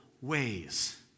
ways